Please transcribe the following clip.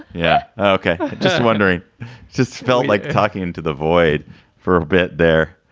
yeah. okay. just wondering just felt like talking into the void for a bit there